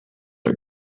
are